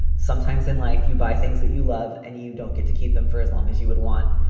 sometimes in life, you buy things that you love and you don't get to keep them for as long as you would want.